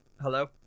Hello